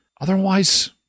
Otherwise